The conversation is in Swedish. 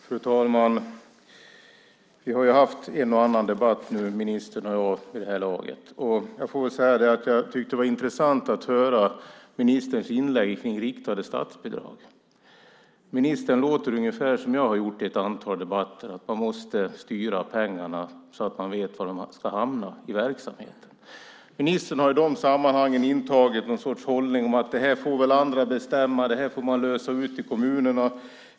Fru talman! Ministern och jag har ju haft en och annan debatt vid det här laget. Jag tyckte att det var intressant att höra ministerns inlägg om riktade statsbidrag. Ministern låter ungefär som jag har gjort i ett antal debatter: Man måste styra pengarna så att man vet var de hamnar i verksamheten. I de sammanhangen har ministern intagit hållningen att det är något som andra får bestämma och något som man får lösa i kommunerna.